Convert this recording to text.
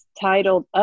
titled